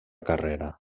carrera